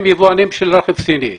הם יבואנים של רכב סיני.